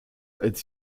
als